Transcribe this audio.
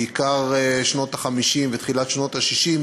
בעיקר שנות ה-50 ותחילת שנות ה-60,